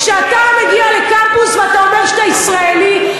כשאתה מגיע לקמפוס ואתה אומר שאתה ישראלי,